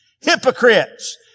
hypocrites